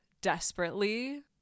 desperately